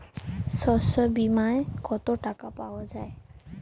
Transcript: শস্য বিমায় কত টাকা পাওয়া যায়?